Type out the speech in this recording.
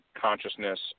consciousness